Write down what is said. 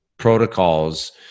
Protocols